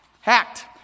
hacked